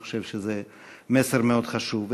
אני חושב שזה מסר מאוד חשוב.